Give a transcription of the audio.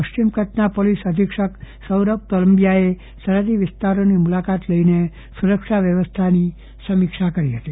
પશ્ચિમ કચ્છના પોલીસ અધિક્ષક સૌરભ તોલંબિયાએ સરહદી વિસ્તારોની મુલાકાત લઈને સુરક્ષા પરિસ્થિતિની સમીક્ષા કરી હતી